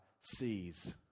sees